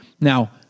Now